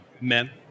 men